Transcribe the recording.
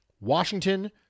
Washington